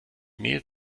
mehl